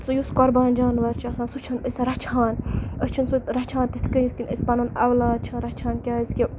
سُہ یُس قۄربان جانوَر چھُ آسان سُہ چھُ ہَن أسۍ رَچھان أسۍ چھِ ہَن سُہ رَچھان تِتھ کَنۍ یِتھ کَنۍ أسۍ پَنُن اولاد چھِ ہَن رَچھان کیٛازِکہِ